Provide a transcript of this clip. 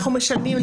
אנחנו משלמים,